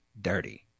dirty